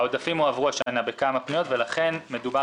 העודפים הועברו השנה בכמה פניות ולכן מדובר